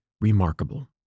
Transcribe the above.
remarkable